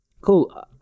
Cool